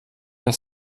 der